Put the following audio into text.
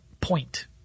point